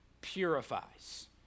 purifies